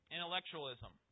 Intellectualism